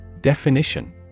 Definition